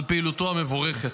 על פעילותו המבורכת.